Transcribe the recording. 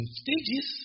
stages